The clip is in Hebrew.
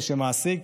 מי שמעסיק